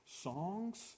songs